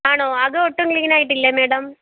ആണോ അകം ഒട്ടും ക്ലീനായിട്ടില്ലേ മാഡം